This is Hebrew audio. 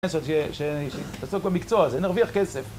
שתעסוק במקצוע הזה, נרוויח כסף.